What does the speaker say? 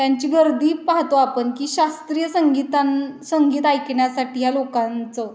त्यांची गर्दी पाहतो आपण की शास्त्रीय संगीतां संगीत ऐकण्यासाठी या लोकांचं